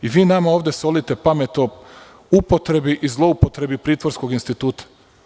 I vi nama ovde solite pamet o upotrebi i zloupotrebi pritvorskog instituta.